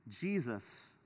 Jesus